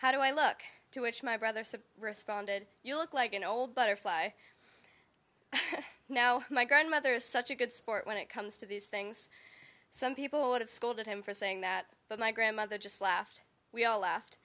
how do i look to which my brother said responded you look like an old butterfly now my grandmother is such a good sport when it comes to these things some people would have scolded him for saying that but my grandmother just laughed we all l